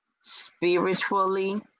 spiritually